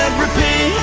repeat